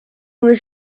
was